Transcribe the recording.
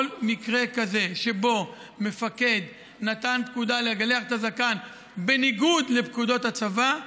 כל מקרה כזה שבו מפקד נתן פקודה לגלח את הזקן בניגוד לפקודות הצבא,